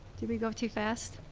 did we go too fast?